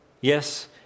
Yes